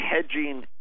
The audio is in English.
hedging